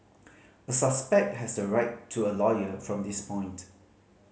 a suspect has the right to a lawyer from this point